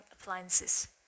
appliances